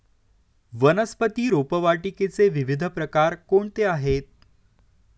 वनस्पती रोपवाटिकेचे विविध प्रकार कोणते आहेत?